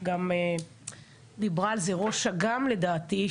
גם דיברה על זה ראש אג"ם לדעתי,